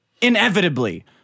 inevitably